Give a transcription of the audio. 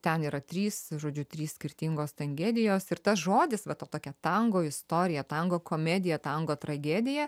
ten yra trys žodžiu trys skirtingos tangedijos ir tas žodis va tokia tango istorija tango komedija tango tragedija